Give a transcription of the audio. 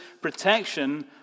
protection